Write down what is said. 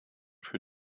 für